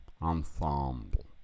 Ensemble